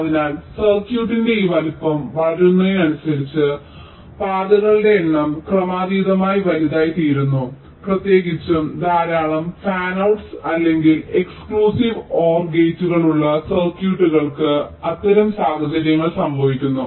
അതിനാൽ സർക്യൂട്ടിന്റെ ഈ വലുപ്പം വളരുന്നതിനനുസരിച്ച് പാതകളുടെ എണ്ണം ക്രമാതീതമായി വലുതായിത്തീരുന്നു പ്രത്യേകിച്ചും ധാരാളം ഫാൻ ഔട്സ് അല്ലെങ്കിൽ എക്സ്ക്ലൂസീവ് OR ഗേറ്റുകളുള്ള സർക്യൂട്ടുകൾക്ക് അത്തരം സാഹചര്യങ്ങൾ സംഭവിക്കുന്നു